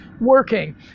working